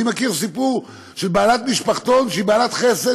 אני מכיר סיפור של בעלת משפחתון שהיא בעלת חסד,